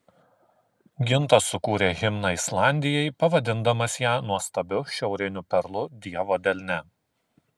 gintas sukūrė himną islandijai pavadindamas ją nuostabiu šiauriniu perlu dievo delne